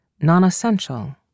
non-essential